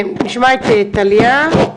נשמע את טליה,